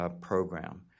program